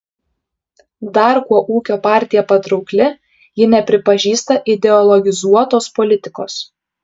dar kuo ūkio partija patraukli ji nepripažįsta ideologizuotos politikos